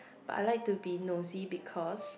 but I like to be nosy because